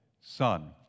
Son